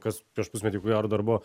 kas prieš pusmetį ko gero dar buvo